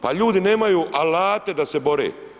Pa ljudi nemaju alate da se bore.